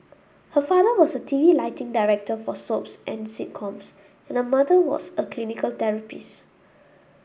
her father was a T V lighting director for soaps and sitcoms and her mother was a clinical therapist